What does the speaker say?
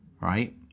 right